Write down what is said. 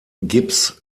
gips